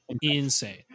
insane